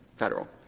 federal.